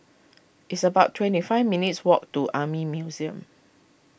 it's about twenty five minutes' walk to Army Museum